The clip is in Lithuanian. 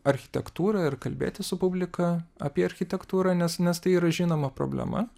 architektūrą ir kalbėti su publika apie architektūrą nes nes tai yra žinoma problema